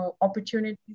opportunities